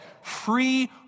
free